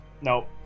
nope